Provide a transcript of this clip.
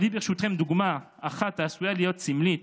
אביא ברשותכם דוגמה אחת העשויה להיות סמלית,